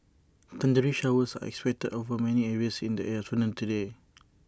thundery showers are expected over many areas in the afternoon today